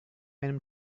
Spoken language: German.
einem